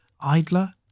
Idler